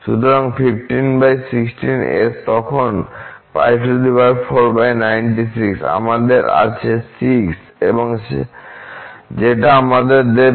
সুতরাং 1516 S তখন π496 আমাদের আছে 6 এবং যেটা আমাদের দেবে